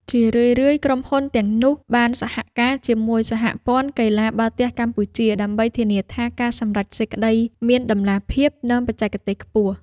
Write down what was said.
ជារឿយៗ ក្រុមហ៊ុនទាំងនោះបានសហការជាមួយសហព័ន្ធកីឡាបាល់ទះកម្ពុជា ដើម្បីធានាថាការសម្រេចសេចក្ដីមានតម្លាភាព និងបច្ចេកទេសខ្ពស់។